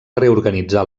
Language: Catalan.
reorganitzar